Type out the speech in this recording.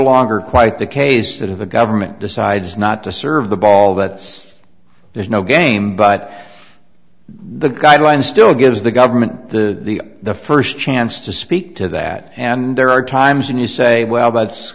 longer quite the case that have the government decides not to serve the ball that's there's no game but the guidelines still gives the government the the first chance to speak to that and there are times when you say well that's